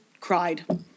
cried